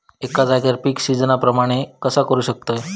एका जाग्यार पीक सिजना प्रमाणे कसा करुक शकतय?